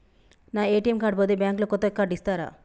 నా ATM card పోతే bank లో కొత్త కార్డు ఇస్తరా?